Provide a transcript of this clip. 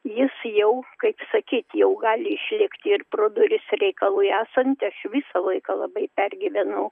jis jau kaip sakyt jau gali išlėkti ir pro duris reikalui esant aš visą laiką labai pergyvenau